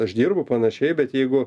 aš dirbu panašiai bet jeigu